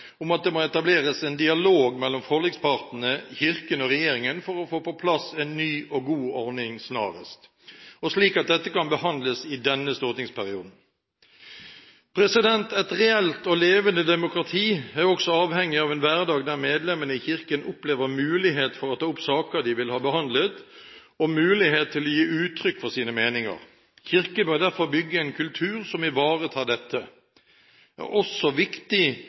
om at det må etableres en dialog mellom forlikspartnerne, Kirken og regjeringen for å få på plass en ny og god ordning snarest, og slik at dette kan behandles i denne stortingsperioden. Et reelt og levende demokrati er også avhengig av en hverdag der medlemmene i Kirken opplever mulighet for å ta opp saker de vil ha behandlet, og mulighet til å gi uttrykk for sine meninger. Kirken bør derfor bygge en kultur som ivaretar dette. Det er også viktig